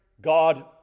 God